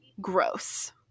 gross